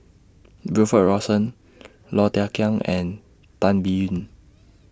Wilfed Lawson Low Thia Khiang and Tan Biyun